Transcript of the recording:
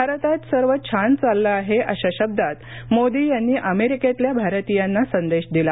भारतात सर्व छान चाललं आहे अशा शब्दात मोदी यांनी अमेरिकेतल्या भारतीयांना संदेश दिला